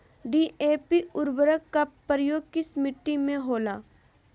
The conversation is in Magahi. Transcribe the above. डी.ए.पी उर्वरक का प्रयोग किस मिट्टी में होला?